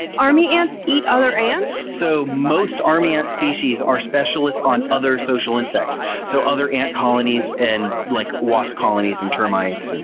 army ants eat other ants? so most army ant species are specialists on other social insects, so other ant colonies and like wasp colonies and termites. and